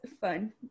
fun